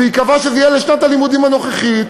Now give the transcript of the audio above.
והיא קבעה שזה יהיה לשנת הלימודים הנוכחית,